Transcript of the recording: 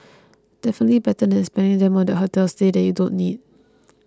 definitely better than spending them on that hotel stay that you don't need